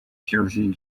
jersey